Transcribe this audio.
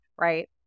Right